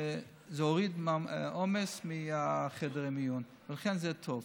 שזה הוריד עומס מחדרי המיון, ולכן זה טוב.